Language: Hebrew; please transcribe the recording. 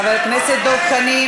חבר הכנסת דב חנין,